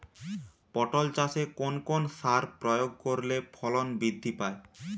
পটল চাষে কোন কোন সার প্রয়োগ করলে ফলন বৃদ্ধি পায়?